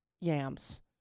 yams